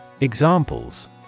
Examples